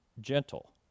gentle